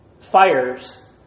fires